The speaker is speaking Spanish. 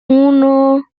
uno